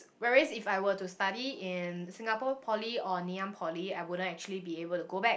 whereas if I were to study in Singapore-Poly or Ngee-Ann-Poly I wouldn't actually be able to go back